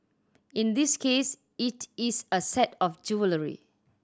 in this case it is a set of jewellery